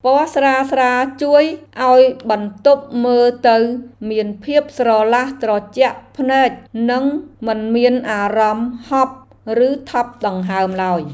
ពណ៌ស្រាលៗជួយឱ្យបន្ទប់មើលទៅមានភាពស្រឡះត្រជាក់ភ្នែកនិងមិនមានអារម្មណ៍ហប់ឬថប់ដង្ហើមឡើយ។